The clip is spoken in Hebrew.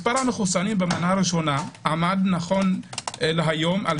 מספר המחוסנים במנה הראשונה עמד נכון להיום על